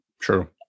True